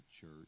church